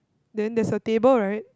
then there's a table right